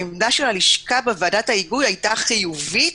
העמדה של הלשכה בוועדת ההיגוי הייתה חיובית,